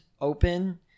open –